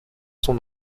son